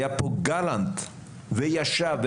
היה פה גלנט וישב,